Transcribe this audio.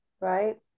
right